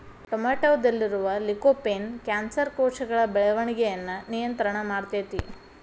ಟೊಮೆಟೊದಲ್ಲಿರುವ lycopene cancer ಕೋಶಗಳ ಬೆಳವಣಿಗಯನ್ನ ನಿಯಂತ್ರಣ ಮಾಡ್ತೆತಿ